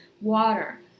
water